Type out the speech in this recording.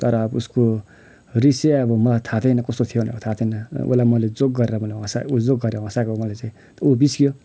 तर अब उसको रिस चाहिँ अब मलाई थाहा थिएन कस्तो थियो भनेर थाहा थिएन उसलाई मैले जोक गरेर मैले हँसा जोक गरेर हँसाएको मैले चाहिँ उ बिच्क्यो